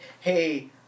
hey